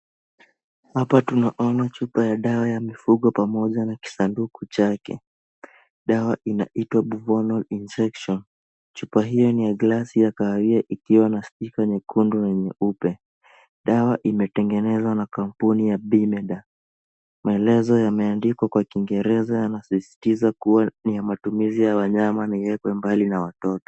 Hapa tunaona chupa ya dawa ya mifugo pamoja na kisanduku chake. Dawa inaito Buvonal injection . Chupa hiyo ni ya glasi ya kahawia ikiwa na stika nyekundu na nyeupe. Dawa imetengenezwa na kampuni ya bimeda. Maelezo yameandikwa kwa kingereza yanasistiza kuwa ni ya matumizi ya wanyama na iwekwe mbali na watoto.